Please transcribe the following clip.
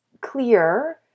clear